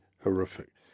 horrific